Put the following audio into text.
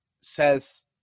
says